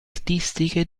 artistiche